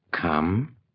Come